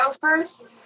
first